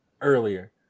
earlier